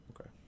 Okay